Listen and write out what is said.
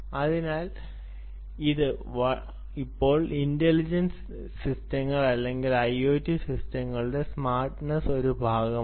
അതിനാൽ ഇത് ഇപ്പോൾ ഇന്റലിജന്റ് സിസ്റ്റങ്ങൾ അല്ലെങ്കിൽ ഐഒടി സിസ്റ്റങ്ങളുടെ സ്മാർട്ട്നെസ് ഒരു ഭാഗമാണ്